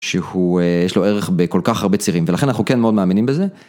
שהוא יש לו ערך בכל כך הרבה צירים, ולכן אנחנו כן מאוד מאמינים בזה.